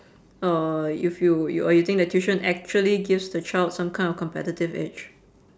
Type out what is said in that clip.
or you feel you or you think that tuition actually gives the child some kind of competitive edge